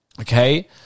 okay